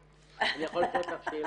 אני יכול לשאול אותך שאלה?